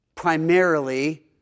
Primarily